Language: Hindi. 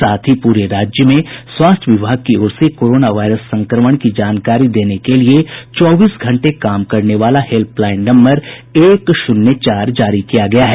साथ ही पूरे राज्य में स्वास्थ्य विभाग की ओर से कोरोना वायरस संक्रमण की जानकारी चौबीस घंटे काम करने वाला हेल्पलाईन नम्बर एक शुन्य चार जारी किया गया है